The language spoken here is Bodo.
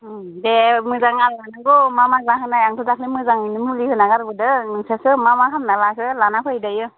देह मोजां लानांगौ मा मा जाहोनाय आंथ' दाख्लै मोजाङैनो मुलि होना गारबोदों नोंसोरसो मा मा खालामना लाखो लाना फै दायो